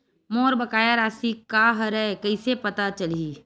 मोर बकाया राशि का हरय कइसे पता चलहि?